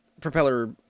propeller